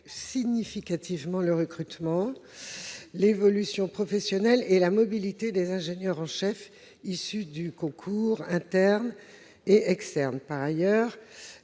significativement le recrutement, l'évolution professionnelle et la mobilité des ingénieurs en chef issus des concours interne et externe. Par ailleurs,